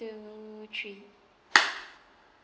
two three